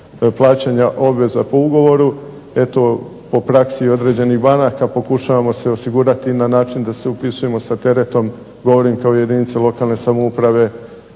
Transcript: plaćanja obveza po ugovoru, eto u praksi i određenih banaka pokušavamo se osigurati na način da se upisujemo sa teretom govorim kao jedinice lokalne samouprave,